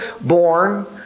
born